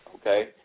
Okay